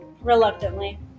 reluctantly